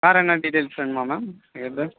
வேற எதனால் டீட்டெயில்ஸ் வேணுமா மேம் இதில்